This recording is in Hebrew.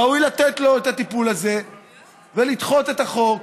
ראוי לתת לו את הטיפול הזה ולדחות את החוק,